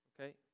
okay